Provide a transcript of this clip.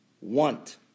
want